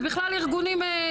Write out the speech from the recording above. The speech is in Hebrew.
ובכלל ארגונים אזרחיים?